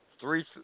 three